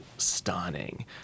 stunning